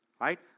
right